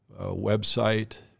website